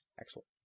Excellent